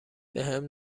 بهم